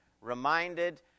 Reminded